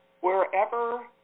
Wherever